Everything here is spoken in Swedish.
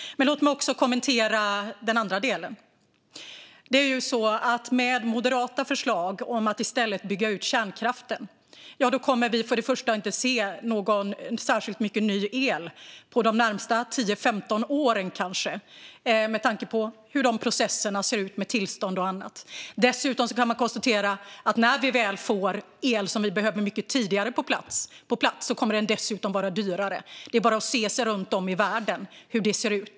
Men låt mig också kommentera den andra delen. Med moderata förslag om att bygga ut kärnkraften kommer vi inte att få se särskilt mycket ny el de närmaste 10-15 åren, med tanke på hur tillståndsprocesser och annat ser ut. Dessutom kan man konstatera att när vi väl får el - som vi behöver få på plats mycket tidigare - kommer den att vara dyrare. Det är bara att se sig om i världen och titta på hur det ser ut.